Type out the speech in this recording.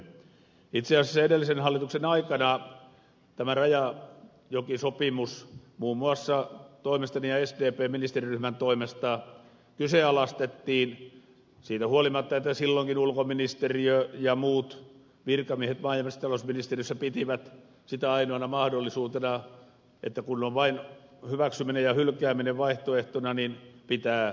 itse asiassa edellisen hallituksen aikana tämä rajajokisopimus muun muassa toimestani ja sdpn ministeriryhmän toimesta kyseenalaistettiin siitä huolimatta että silloinkin ulkoministeriö ja muut virkamiehet maa ja metsätalousministeriössä pitivät sitä ainoana mahdollisuutena että kun on vain hyväksyminen ja hylkääminen vaihtoehtona niin pitää hyväksyä